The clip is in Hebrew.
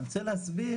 אני רוצה להסביר,